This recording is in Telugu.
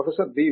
professor B